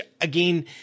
again